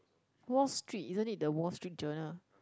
Wall Street isn't it the Wall Street journal